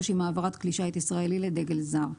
עם העברת כלי שיט ישראלי לדגל זר.